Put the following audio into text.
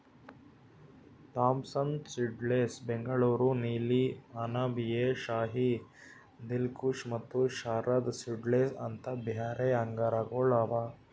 Thompson seedless, Bengaluru ನೀಲಿ, ಅನಾಬ್ ಎ ಶಾಹಿ, ದಿಲ್ಖುಷ ಮತ್ತ Sharad seedless ಅಂತ್ ಬ್ಯಾರೆ ಆಂಗೂರಗೊಳ್ ಅವಾ